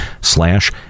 Slash